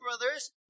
brothers